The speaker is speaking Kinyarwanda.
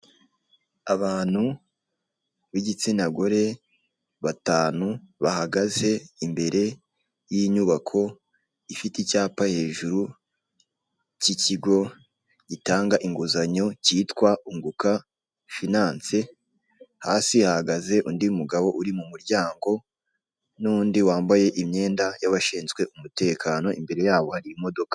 Abantu b'igitsina gore batanu bahagaze imbere y'inyubako ifite icyapa hejuru cy'ikigo gitanga inguzanyo cyitwa Unguka finanse, hasi hahagaze undi mugabo uri mu muryango n'undi wambaye imyenda y'abashinzwe umutekano, imbere yabo hari imodoka.